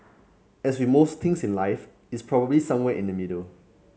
as with most things in life it's probably somewhere in the middle